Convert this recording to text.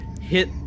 hit